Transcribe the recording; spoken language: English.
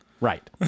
Right